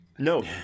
No